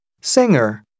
singer